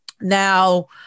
Now